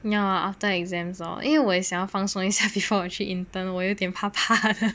ya after exams orh 因为我也想要放松一下 before 我去 intern 我有点怕怕